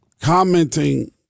Commenting